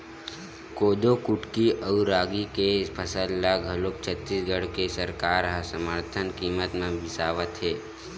कोदो कुटकी अउ रागी के फसल ल घलोक छत्तीसगढ़ के सरकार ह समरथन कीमत म बिसावत हे